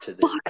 fuck